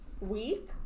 week